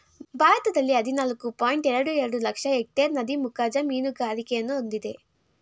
ಭಾರತದಲ್ಲಿ ಹದಿನಾಲ್ಕು ಪಾಯಿಂಟ್ ಎರಡು ಎರಡು ಲಕ್ಷ ಎಕ್ಟೇರ್ ನದಿ ಮುಖಜ ಮೀನುಗಾರಿಕೆಯನ್ನು ಹೊಂದಿದೆ